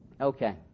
Okay